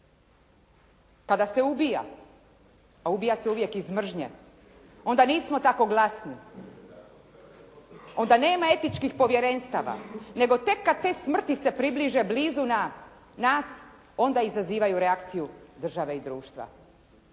Pa da se ubija, a ubija se uvijek iz mržnje, onda nismo tako glasni, onda nema etičkih povjerenstava, nego tek kad te smrti se približe blizu nas onda izazivaju reakciju države i društva.